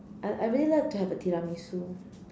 I I really like to have a tiramisu